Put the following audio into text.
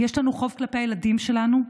יש לנו חוב כלפי הילדים שלנו,